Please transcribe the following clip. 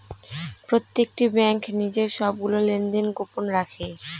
প্রত্যেকটি ব্যাঙ্ক নিজের সবগুলো লেনদেন গোপন রাখে